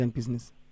business